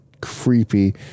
creepy